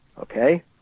okay